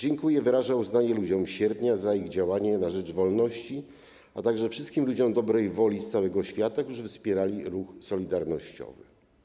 Sejm RP dziękuje i wyraża uznanie ludziom Sierpnia za ich działanie na rzecz wolności, a także wszystkim ludziom dobrej woli z całego świata, którzy wspierali ruch solidarnościowy.